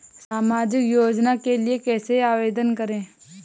सामाजिक योजना के लिए कैसे आवेदन करें?